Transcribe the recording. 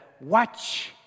watch